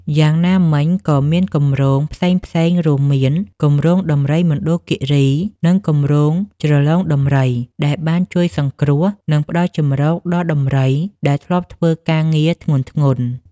យ៉ាងណាមិញក៏មានគម្រោងផ្សេងៗរួមមាន គម្រោងដំរីមណ្ឌលគិរី និង គម្រោងជ្រលងដំរី ដែលបានជួយសង្គ្រោះ និងផ្តល់ជម្រកដល់ដំរីដែលធ្លាប់ធ្វើការងារធ្ងន់ៗ។